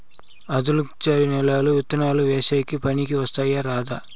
ఆధులుక్షరి నేలలు విత్తనాలు వేసేకి పనికి వస్తాయా రాదా?